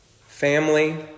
family